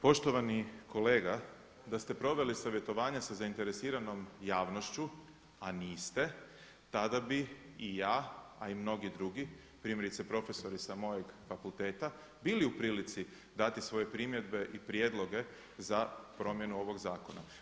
Poštovani kolega, da ste proveli savjetovanje sa zainteresiranom javnošću, a niste tada bi i ja a i mnogi drugi primjerice profesori sa mojeg fakulteta bili u prilici dati svoje primjedbe i prijedloge za promjenu ovog zakona.